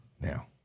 now